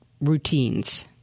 routines